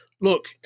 look